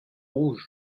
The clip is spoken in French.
rouges